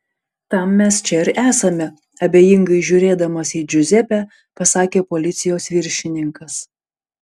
tam mes čia ir esame abejingai žiūrėdamas į džiuzepę pasakė policijos viršininkas